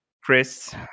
Chris